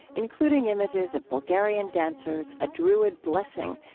including images of bulgarian dancers, a druid blessing,